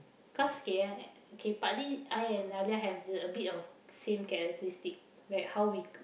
cause K eh K partly I and Nadia have the a bit of same characteristic like how we k~